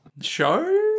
show